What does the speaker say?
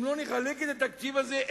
אם לא נחלק את התקציב הזה,